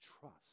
trust